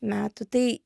metų tai